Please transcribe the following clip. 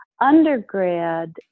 undergrad